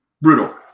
Brutal